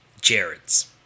Jared's